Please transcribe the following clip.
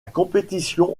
compétition